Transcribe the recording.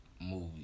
movie